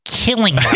Killing